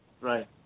Right